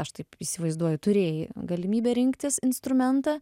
aš taip įsivaizduoju turėjai galimybę rinktis instrumentą